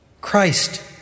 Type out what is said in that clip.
Christ